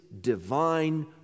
divine